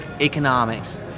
economics